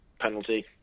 penalty